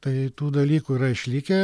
tai tų dalykų yra išlikę